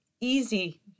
easy